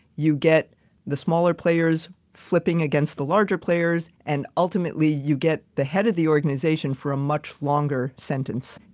you get the smaller players flipping against the larger players, and ultimately, you get the head of the organization for a much longer sentence.